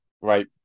Right